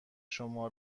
شما